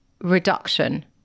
reduction